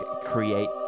create